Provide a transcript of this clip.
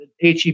HEB